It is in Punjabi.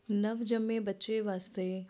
ਨਵ ਜੰਮੇ ਬੱਚੇ ਵਾਸਤੇ